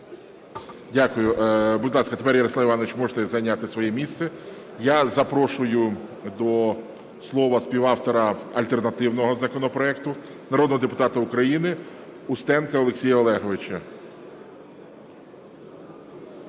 Дякую. Будь ласка, тепер Ярослав Іванович, можете зайняти своє місце. Я запрошую до слова співавтора альтернативного законопроекту, народного депутата України Устенка Олексія Олеговича.